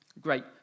Great